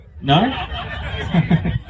No